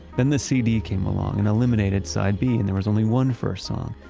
then the cd came along and eliminated side b and there was only one first song,